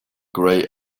grey